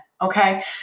Okay